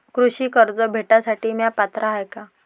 कृषी कर्ज भेटासाठी म्या पात्र हाय का?